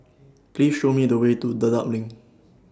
Please Show Me The Way to Dedap LINK